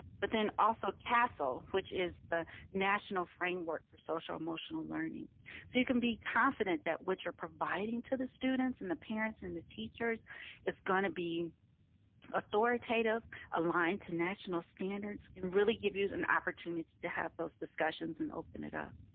but then also castle, which is the national framework for social emotional learning so you can be confident that what you're providing to the students and the parents and the teachers is going to be authoritative aligned to national standards and really give us an opportunity to have those discussions and open it up.